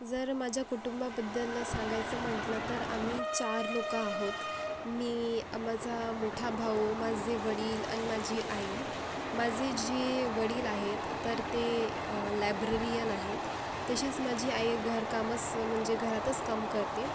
जर माझ्या कुटुंबाबद्दल सांगायचं म्हटलं तर आम्ही चार लोकं आहोत मी अं माझा मोठा भाऊ माझे वडील आणि माझी आई माझे जे वडील आहेत तर ते लायब्ररीयन आहेत तशीच माझी आई घरकामंच म्हणजे घरातच काम करते